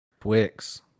Twix